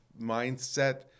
mindset